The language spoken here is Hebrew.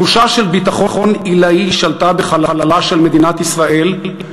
תחושה של ביטחון עילאי שלטה בחללה של מדינת ישראל,